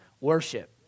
worship